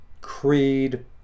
creed